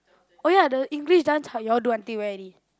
oh ya the English dance how you all do until where already